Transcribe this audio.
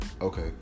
Okay